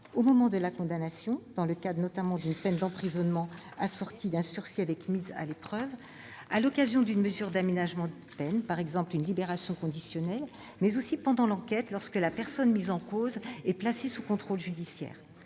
au moment de la condamnation, notamment dans le cadre d'une peine d'emprisonnement assortie d'un sursis avec mise à l'épreuve, à l'occasion d'une mesure d'aménagement de peine, par exemple une libération conditionnelle, mais aussi pendant l'enquête, lorsque la personne mise en cause est placée sous contrôle judiciaire.